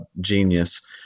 genius